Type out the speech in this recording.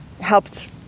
helped